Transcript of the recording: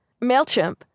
MailChimp